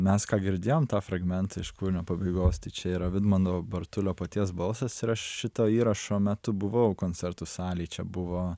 mes ką girdėjom tą fragmentą iš kūrinio pabaigos tai čia yra vidmano bartulio paties balsas šito įrašo metu buvau koncertų salėj čia buvo